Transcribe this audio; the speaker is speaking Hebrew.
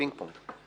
פינג-פונג.